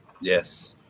Yes